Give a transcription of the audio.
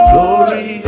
Glory